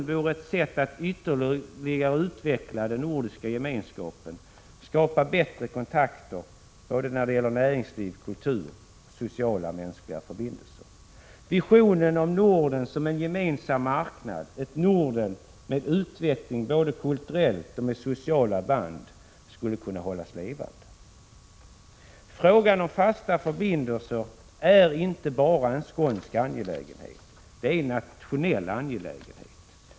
Det vore ett sätt att ytterligare utveckla den nordiska gemenskapen, att skapa bättre kontakter när det gäller näringsliv och kultur samt sociala och mänskliga förbindelser. Visionen av Norden som en gemensam marknad — ett Norden med utveckling kulturellt och med sociala band — skulle kunna hållas levande. Frågan om fasta förbindelser är inte bara en skånsk angelägenhet, det är en nationell angelägenhet.